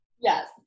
Yes